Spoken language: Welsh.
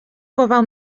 gofal